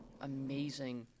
amazing